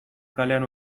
kalean